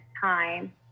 time